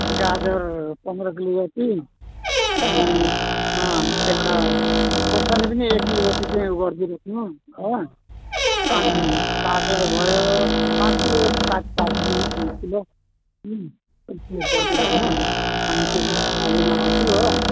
गाजर पन्ध्र किलो जति अनि अँ त्यहाँबाट खोर्सानी पनि एक किलो जति चाहिँ उ गरिदिइराख्नु हो अनि सागलाई भयो पाँच किलो जस्तो साग पारिदिनु नि पाँच किलो यति हो गरिदिइराख्नु अनि त्यो चाहिँ म लिन आउँछु हो